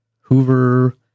Hoover